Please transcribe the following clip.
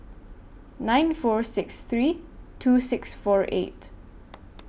nine four six three two six four eight